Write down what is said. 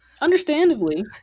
Understandably